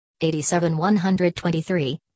87-123